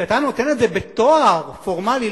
כשאתה נותן את זה בתואר פורמלי,